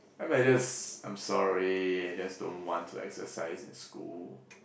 I might just I'm sorry I just don't want to exercise in school